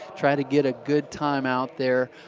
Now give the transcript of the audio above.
try to get a good time out there.